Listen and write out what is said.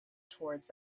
towards